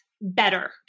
better